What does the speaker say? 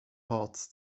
parts